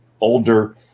older